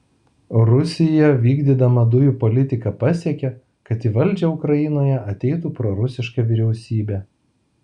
rusija vykdydama dujų politiką pasiekė kad į valdžią ukrainoje ateitų prorusiška vyriausybė